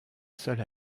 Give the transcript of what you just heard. seul